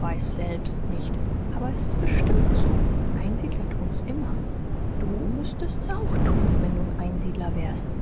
weiß selbst nicht aber s ist bestimmt so einsiedler tun's immer du müßtest's auch tun wenn du n einsiedler wärst